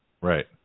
Right